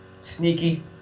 Sneaky